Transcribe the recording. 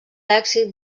èxit